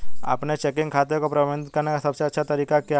अपने चेकिंग खाते को प्रबंधित करने का सबसे अच्छा तरीका क्या है?